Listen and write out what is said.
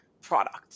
product